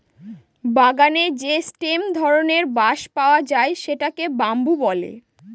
বাগানে যে স্টেম ধরনের বাঁশ পাওয়া যায় সেটাকে বাম্বু বলে